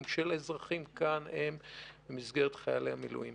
של האזרחים כאן הוא במסגרת המילואים.